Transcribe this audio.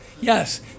yes